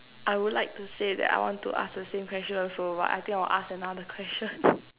I would like to say that I want to ask the same question also but I think I will ask another question